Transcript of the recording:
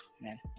man